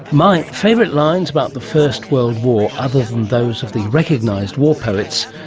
my favourite lines about the first world war, other than those of the recognised war poets,